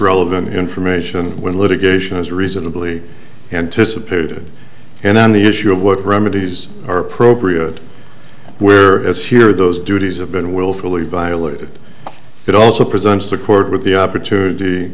relevant information when litigation is reasonably anticipated and on the issue of what remedies are appropriate where as here those duties have been willfully violated it also presents the court with the opportunity